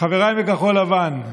חבריי מכחול לבן,